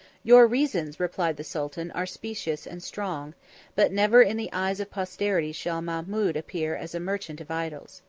your reasons, replied the sultan, are specious and strong but never in the eyes of posterity shall mahmud appear as a merchant of idols.